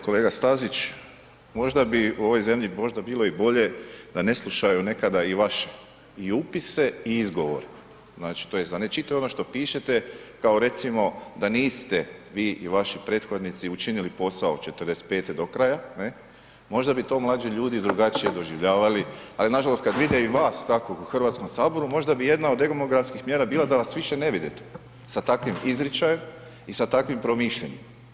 Kolega Stazić možda bi u ovoj zemlji možda bilo i bolje da ne slušaju nekada i vaše i upise i izgovore, znači to jest da ne čitaju ono što pišete, kao recimo da niste vi i vaši prethodnici učinili posao '45. do kraja, ne, možda bi to mlađi ljudi drugačije doživljavali, ali nažalost kad vide i vas takvog u Hrvatskom saboru možda bi jedna od demografskih mjera da vas više ne vide tu sa takvim izričajem i sa takvim promišljanjem.